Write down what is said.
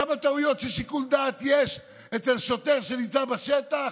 כמה טעויות של שיקול דעת יש אצל שוטר שנמצא בשטח?